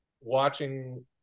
watching